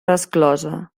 resclosa